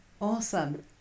Awesome